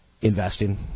Investing